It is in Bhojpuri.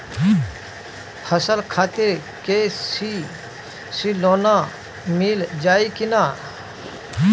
फसल खातिर के.सी.सी लोना मील जाई किना?